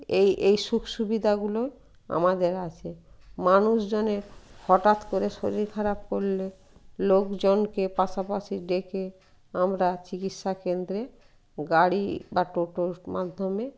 এই এই সুখ সুবিধাগুলো আমাদের আছে মানুষজনের হটাৎ করে শরীর খারাপ করলে লোকজনকে পাশাপাশি ডেকে আমরা চিকিৎসা কেন্দ্রে গাড়ি বা টোটোর মাধ্যমে